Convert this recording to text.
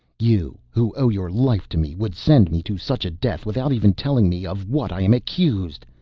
you, who owe your life to me, would send me to such a death without even telling me of what i am accused.